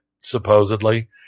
supposedly